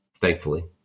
thankfully